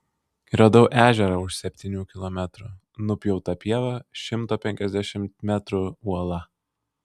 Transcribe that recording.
radau ežerą už septynių kilometrų nupjauta pieva šimto penkiasdešimt metrų uola